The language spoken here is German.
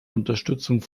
unterstützung